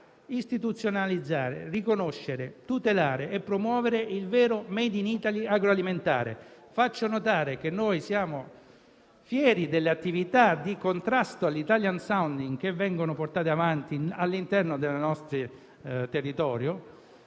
a istituzionalizzare, riconoscere, tutelare e promuovere il vero *made in Italy* agroalimentare. Faccio notare che noi siamo fieri delle attività di contrasto all'*italian sounding* che vengono portate avanti all'interno del nostro territorio,